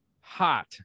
Hot